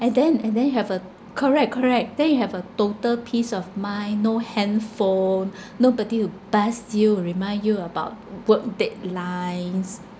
and then and then you have a correct correct then you have a total peace of mind no handphone nobody to buzz you or remind you about work deadlines